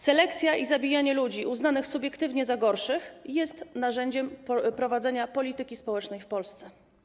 Selekcja i zabijanie ludzi uznanych subiektywnie za gorszych jest narzędziem prowadzenia polityki społecznej w Polsce.